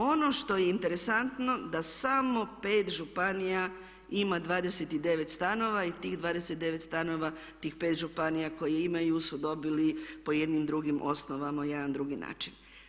Ono što je interesantno da samo 5 županija ima 29 stanova i tih 29 stanova, tih 5 županija koje imaju su dobili po jednim drugim osnovama, na jedan drugi način.